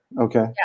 okay